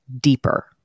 deeper